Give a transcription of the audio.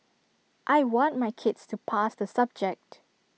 I want my kids to pass the subject